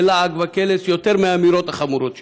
ללעג וקלס יותר מהאמירות החמורות שלו.